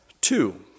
two